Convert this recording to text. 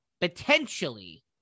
potentially